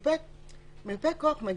שוב,